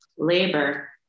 Labor